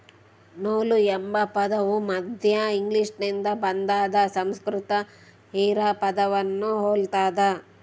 ನೂಲು ಎಂಬ ಪದವು ಮಧ್ಯ ಇಂಗ್ಲಿಷ್ನಿಂದ ಬಂದಾದ ಸಂಸ್ಕೃತ ಹಿರಾ ಪದವನ್ನು ಹೊಲ್ತದ